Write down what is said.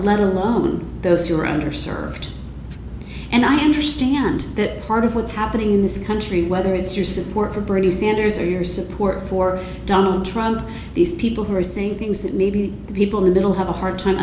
let alone those who are under served and i understand that part of what's happening in this country whether it's your support for bernie sanders or your support for donald trump these people who are saying things that maybe people in middle have a hard time